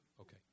Okay